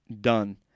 done